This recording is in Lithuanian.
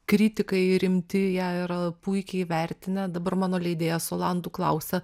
kritikai rimti ją yra puikiai įvertinę dabar mano leidėjas olandų klausia